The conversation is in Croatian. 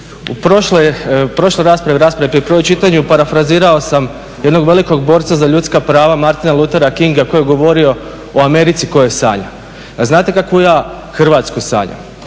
raspravi, raspravi pri prvom čitanju parafrazirao sam jednog velikog borca za ljudska prava Martina Luthera Kinga koji je govorio o Americi o kojoj sanja. A znate kakvu ja Hrvatsku sanjam?